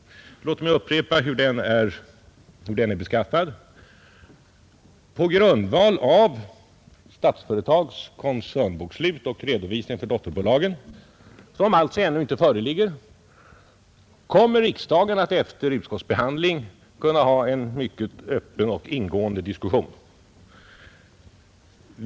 Låt mig upprepa hur den är beskaffad. På grundval av Statsföretags koncernbokslut och redovisning för dotterbolagen, som alltså ännu inte föreligger, kommer riksdagen att efter utskottsbehandling kunna ha en mycket öppen och ingående diskussion.